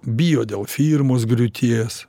bijo dėl firmos griūties